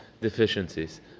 deficiencies